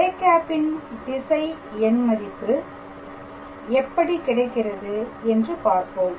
â ன் திசை எண் மதிப்பு எப்படி கிடைக்கிறது என்று பார்ப்போம்